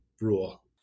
rule